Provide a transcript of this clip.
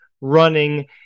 running